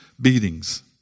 beatings